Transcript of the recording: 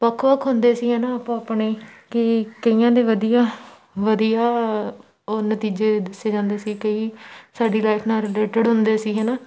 ਵੱਖ ਵੱਖ ਹੁੰਦੇ ਸੀ ਹੈ ਨਾ ਆਪਾਂ ਆਪਣੇ ਕਿ ਕਈਆਂ ਦੇ ਵਧੀਆ ਵਧੀਆ ਉਹ ਨਤੀਜੇ ਦੱਸੇ ਜਾਂਦੇ ਸੀ ਕਈ ਸਾਡੀ ਲਾਈਫ ਨਾਲ ਰਿਲੇਟਡ ਹੁੰਦੇ ਸੀ ਹੈ ਨਾ